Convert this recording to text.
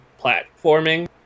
platforming